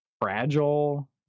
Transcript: fragile